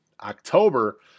October